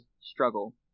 struggle